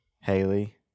Haley